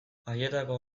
haietako